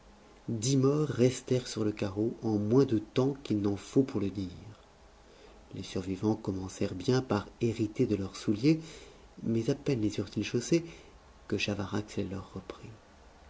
dix morts restèrent sur le carreau en moins de temps qu'il n'en faut pour le dire les survivants commencèrent bien par hériter de leurs souliers mais à peine les eurent-ils chaussés que chavarax les leur reprit